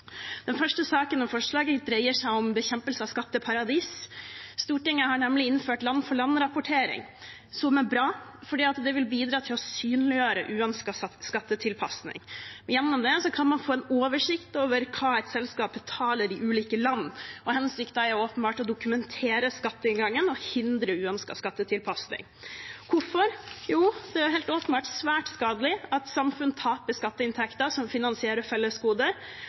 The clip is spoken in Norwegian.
Den første saken og forslaget dreier seg om bekjempelse av skatteparadis. Stortinget har nemlig innført land-for-land-rapportering, som er bra fordi det vil bidra til å synliggjøre uønsket skattetilpasning. Gjennom det kan man få en oversikt over hva et selskap betaler i ulike land, og hensikten er åpenbart å dokumentere skatteinngangen og hindre uønsket skattetilpasning. Hvorfor? Jo, det er helt åpenbart svært skadelig at samfunn taper skatteinntekter som finansierer fellesgoder,